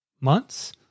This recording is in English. months